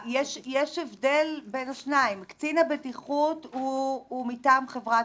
יש הבדל בין השניים: קצין הבטיחות הוא מטעם חברת